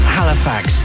Halifax